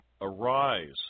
Arise